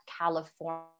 California